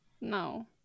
no